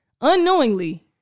unknowingly